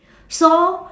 so